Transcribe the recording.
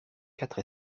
quatre